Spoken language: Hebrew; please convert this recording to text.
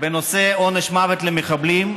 בנושא עונש מוות למחבלים,